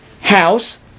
house